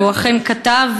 והוא אכן כתב,